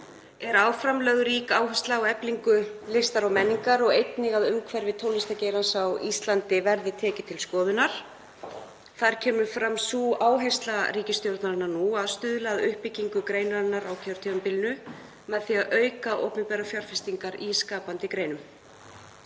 er áfram lögð rík áhersla á eflingu listar og menningar og einnig að umhverfi tónlistargeirans á Íslandi verði tekið til skoðunar. Þar kemur fram sú áhersla ríkisstjórnarinnar að stuðla að uppbyggingu greinarinnar á kjörtímabilinu með því að auka opinberar fjárfestingar í skapandi greinum.